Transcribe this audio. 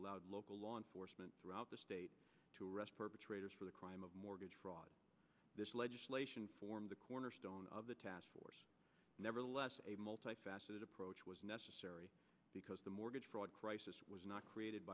allowed local law enforcement throughout the state to arrest perpetrators for the crime of mortgage fraud this legislation form the cornerstone of the task force nevertheless a multifaceted approach was necessary because the mortgage fraud crisis was not created